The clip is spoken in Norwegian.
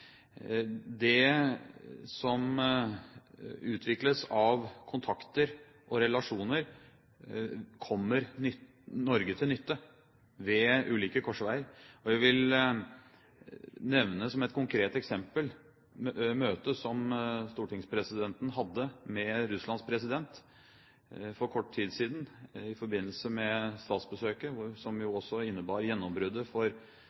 Det som utvikles av kontakter og relasjoner, kommer Norge til nytte ved ulike korsveier. Jeg vil nevne som et konkret eksempel møtet som stortingspresidenten hadde med Russlands president for kort tid siden i forbindelse med statsbesøket, og som også innebar gjennombruddet for